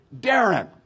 Darren